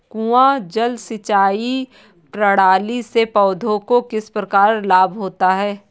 कुआँ जल सिंचाई प्रणाली से पौधों को किस प्रकार लाभ होता है?